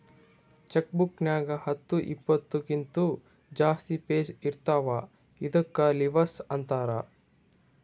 check book ನಾಗ್ ಹತ್ತು ಇಪ್ಪತ್ತು ಇದೂರ್ಕಿಂತ ಜಾಸ್ತಿ ಪೇಜ್ ಇರ್ತಾವ ಇದ್ದುಕ್ ಲಿವಸ್ ಅಂತಾರ್